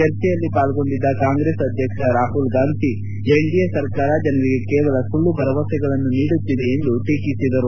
ಚರ್ಚೆಯಲ್ಲಿ ಪಾಲ್ಗೊಂಡಿದ್ದ ಕಾಂಗ್ರೆಸ್ ಅಧ್ಯಕ್ಷ ರಾಹುಲ್ ಗಾಂಧಿ ಎನ್ಡಿಎ ಸರ್ಕಾರ ಜನರಿಗೆ ಕೇವಲ ಸುಳ್ಳು ಭರವಸೆಗಳನ್ನು ನೀಡುತ್ತಿದೆ ಎಂದು ಟೀಕಿಸಿದರು